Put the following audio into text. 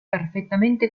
perfettamente